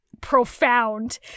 profound